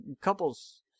couples